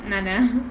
நானா:naana